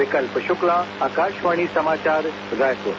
विकल्प शुक्ला आकाशवाणी समाचार रायपुर